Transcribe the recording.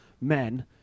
men